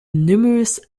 numerous